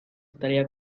estaría